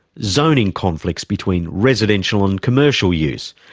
zoning conflicts between residential and commercial use,